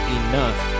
enough